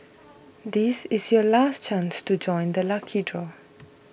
this is your last chance to join the lucky draw